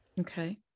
Okay